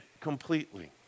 completely